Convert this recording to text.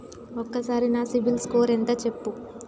ఒక్కసారి నా CIBIL score ఎంత చెప్పు?